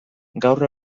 gaur